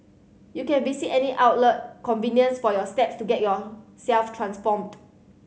you can visit any outlet convenience for your steps to get yourself transformed